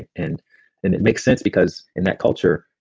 and and it makes sense because in that culture,